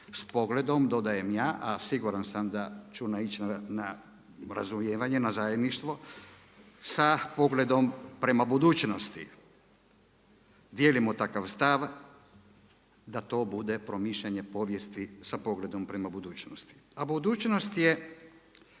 s pogledom dodajem ja a siguran sam da ću naići na razumijevanje, na zajedništvo sa pogledom prema budućnosti. Dijelimo takav stav da to bude promišljanje povijesti sa pogledom prema budućnosti. A budućnost je